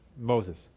Moses